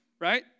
right